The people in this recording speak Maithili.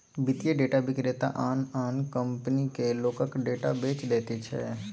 वित्तीय डेटा विक्रेता आन आन कंपनीकेँ लोकक डेटा बेचि दैत छै